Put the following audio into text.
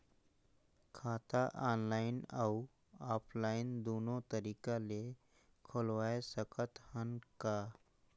खाता ऑनलाइन अउ ऑफलाइन दुनो तरीका ले खोलवाय सकत हन का?